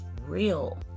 real